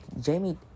Jamie